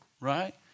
right